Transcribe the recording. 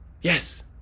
yes